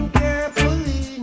carefully